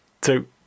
two